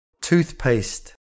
Toothpaste